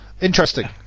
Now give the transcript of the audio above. interesting